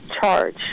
charge